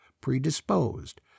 predisposed